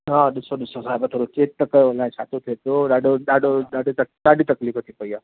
हा ॾिसो ॾिसो साहिबु थोरो चैक त कयो न छातो थिए पियो ॾाढो ॾाढो ॾाढी तकलीफ़ थी पई आहे